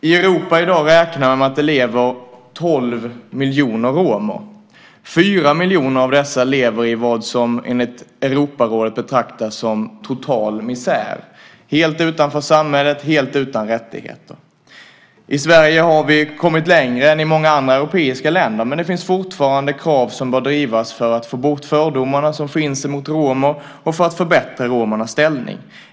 I Europa i dag räknar man med att det lever 12 miljoner romer. 4 miljoner av dessa lever i vad som enligt Europarådet betraktas som total misär, helt utanför samhället, helt utan rättigheter. I Sverige har vi kommit längre än i många andra europeiska länder, men det finns fortfarande krav som bör drivas för att få bort fördomarna mot romer och för att förbättra romernas ställning.